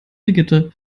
brigitte